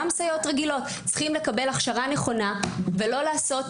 גם סייעות רגילות צריכות לקבל הכשרה נכונה ולא לעשות